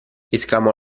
esclamò